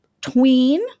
tween